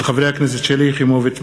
של חברי הכנסת שלי יחימוביץ,